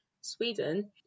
Sweden